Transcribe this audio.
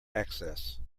access